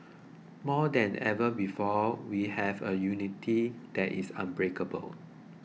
more than ever before we have a unity that is unbreakable